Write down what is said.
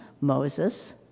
Moses